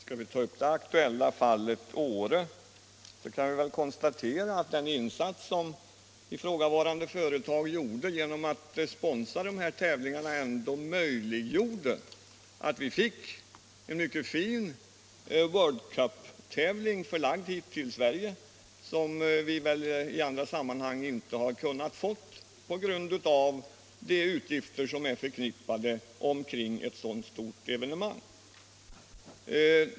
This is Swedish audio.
Herr talman! Skall vi ta upp det aktuella fallet Åre kan vi väl konstatera att den insats som ifrågavarande företag gjorde genom att sponsra dessa tävlingar ändå möjliggjorde att vi fick en mycket fin World Cup-tävling förlagd hit till Sverige, som vi väl i annat fall inte kunnat få på grund av de utgifter som är förknippade med ett så stort evenemang.